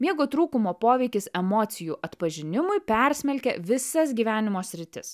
miego trūkumo poveikis emocijų atpažinimui persmelkia visas gyvenimo sritis